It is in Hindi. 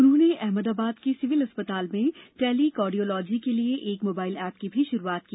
उन्होंने अहमदाबाद के सिविल अस्पताल में टेलीकार्डियोलोजी के लिए एक मोबाइल ऐप की शुरूआत भी की